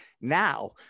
now